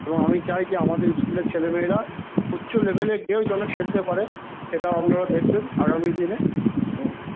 এবং আমি চাই যে আমাদের স্কুলের ছেলেমেয়েরা উচ্চ লেবেলে গিয়েও যেন খেলতে পারে সেটাও আপনারা দেখবেন আগামীদিনে হুম